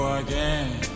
again